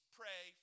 pray